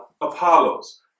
Apollos